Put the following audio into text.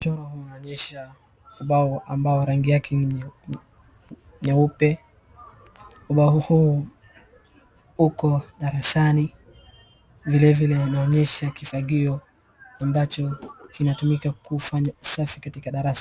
Mchoro unaonyesha uabo amabao rangi yake ni nyeupe. Ubao huu uko darasani, vilevile inaonyesha kifagio ambacho kinatumika kufanya usafi katika darasa.